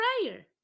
prayer